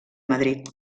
madrid